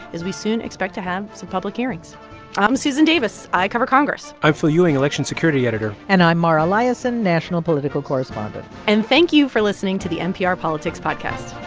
as we soon expect to have some public hearings i'm susan davis. i cover congress i'm phil ewing, election security editor and i'm mara liasson, national political correspondent and thank you for listening to the npr politics podcast